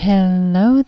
Hello